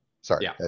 sorry